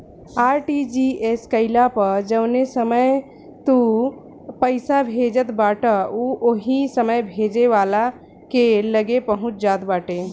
RTGS कईला पअ जवने समय तू पईसा भेजत बाटअ उ ओही समय भेजे वाला के लगे पहुंच जात बाटे